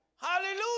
Hallelujah